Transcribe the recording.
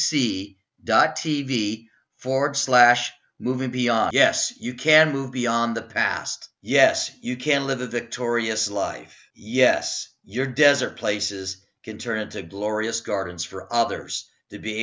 c dot tv forward slash moving beyond yes you can move beyond the past yes you can live a victorious life yes your desert places can turn into glorious gardens for others to be